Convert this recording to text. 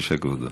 בבקשה, כבודו,